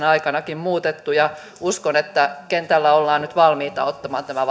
aikanakin muutettu uskon että kentällä ollaan nyt valmiita ottamaan tämä